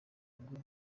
ngo